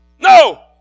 No